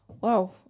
Wow